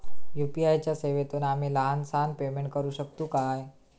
UPI च्या सेवेतून आम्ही लहान सहान पेमेंट करू शकतू काय?